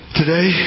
today